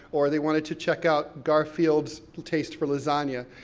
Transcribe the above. or they wanted to check out garfield's taste for lasagna.